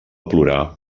plorar